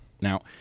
Now